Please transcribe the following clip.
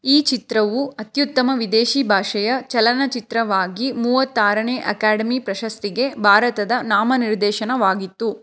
ಈ ಚಿತ್ರವು ಅತ್ಯುತ್ತಮ ವಿದೇಶಿ ಭಾಷೆಯ ಚಲನಚಿತ್ರವಾಗಿ ಮೂವತ್ತಾರನೇ ಅಕಾಡೆಮಿ ಪ್ರಶಸ್ತಿಗೆ ಭಾರತದ ನಾಮ ನಿರ್ದೇಶನವಾಗಿತ್ತು